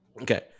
Okay